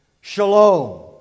Shalom